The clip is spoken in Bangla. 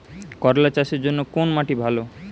করলা চাষের জন্য কোন মাটি ভালো?